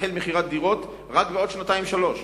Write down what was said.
תחל מכירת דירות רק בעוד שנתיים-שלוש,